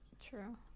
True